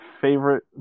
favorite